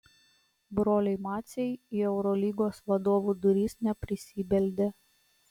broliai maciai į eurolygos vadovų duris neprisibeldė